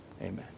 Amen